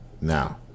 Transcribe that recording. Now